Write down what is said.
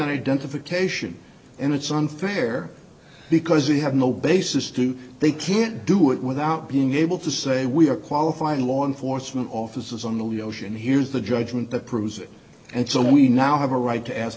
identification and it's unfair because they have no basis to they can't do it without being able to say we are qualified law enforcement officers on the ocean here's the judgment that proves it and so we now have a right to ask